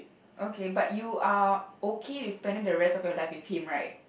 okay but you are okay with spending the rest of your life with him right